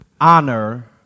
honor